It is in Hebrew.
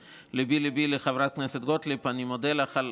ליבי ליבי לחברת הכנסת גוטליב, אני מודה לך על